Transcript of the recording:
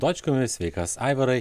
dočkumi sveikas aivarai